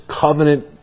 covenant